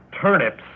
turnips